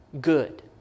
good